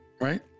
right